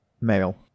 male